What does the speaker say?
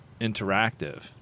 interactive